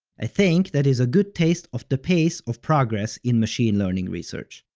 i think that is a good taste of the pace of progress in machine learning research.